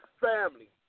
family